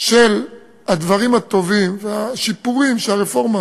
של הדברים הטובים והשיפורים שהרפורמה